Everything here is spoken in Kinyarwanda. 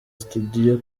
studio